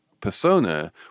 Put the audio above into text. persona